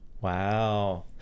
Wow